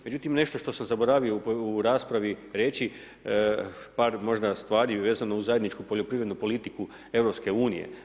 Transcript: Međutim, nešto što sam zaboravio u raspravi reći par možda stvari vezano uz zajedničku poljoprivrednu politiku EU.